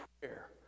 prayer